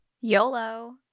YOLO